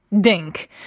dink